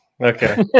Okay